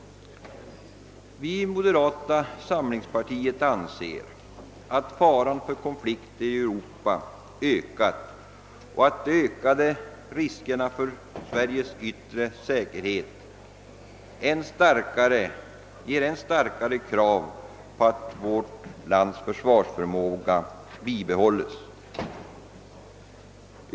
Vi i moderata samlingspartiet anser att faran för konflikter i Europa ökat och att de ökade riskerna för Sveriges yttre säkerhet medfört än starkare krav på att vår försvarsförmåga bibehålles.